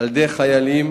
על-ידי חיילים.